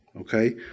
okay